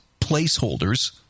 placeholders